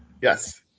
Yes